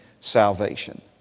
salvation